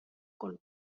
color